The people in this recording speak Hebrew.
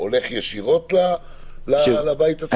הולך ישירות לבית עצמו?